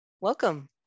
Welcome